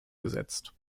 gesetzt